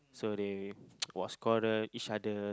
so they was quarrel each other